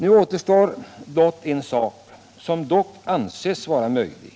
Nu återstår blott en sak, som dock anses vara möjlig.